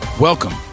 Welcome